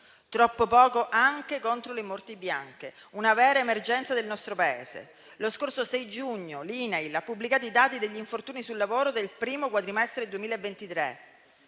interviene anche contro le morti bianche, una vera emergenza del nostro Paese. Lo scorso 6 giugno l'INAIL ha pubblicato i dati relativi agli infortuni sul lavoro del primo quadrimestre 2023;